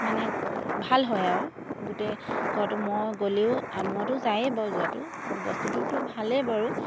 মানে ভাল হয় আৰু গোটেই ঘৰটো মহ গ'লেও আৰু মহতো যায়েই বাৰু যোৱাটো কিন্তু বস্তুটোতো ভালেই বাৰু